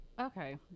Okay